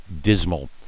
dismal